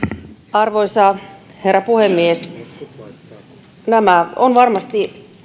arvoisa herra puhemies tämä indeksijäädytys on varmasti